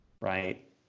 Right